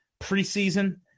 preseason